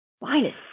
Minus